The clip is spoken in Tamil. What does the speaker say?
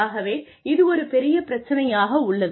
ஆகவே இது ஒரு பெரிய பிரச்சனையாக உள்ளது